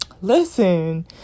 Listen